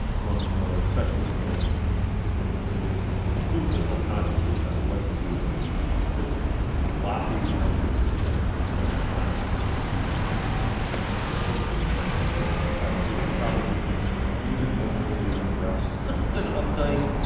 norman mailer especially the mailer of the nineteen sixty s and it is super self consciously about what to do with this sloppy magnificent you know astonishing you know gigantic literary talent who was probably even more politically incorrect than updike.